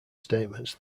statements